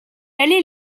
allez